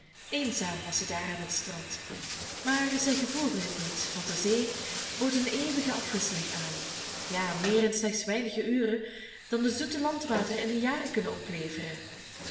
eenzaam was het daar aan het strand maar zij gevoelde het niet want de zee bood een eeuwige afwisseling aan ja meer in slechts weinige uren dan de zoete landwateren in een jaar kunnen opleveren